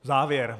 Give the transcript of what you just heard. Závěr.